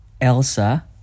Elsa